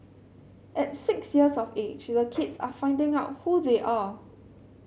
at six years of age the kids are finding out who they are